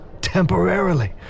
temporarily